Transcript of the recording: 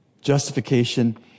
Justification